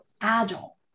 agile